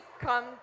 come